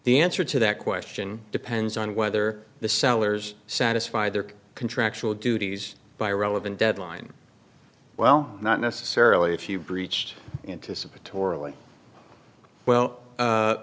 the answer to that question depends on whether the sellers satisfy their contractual duties by relevant deadline well not necessarily if you breached